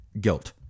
guilt